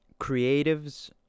creatives